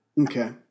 Okay